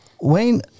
Wayne